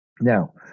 now